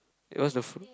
it was the